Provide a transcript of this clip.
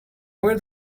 where